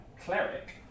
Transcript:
cleric